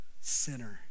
Sinner